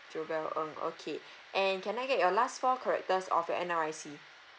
jovia ng okay and can I get your last four characters of your N_R_I_C